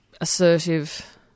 assertive